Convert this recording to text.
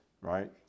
right